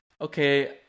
okay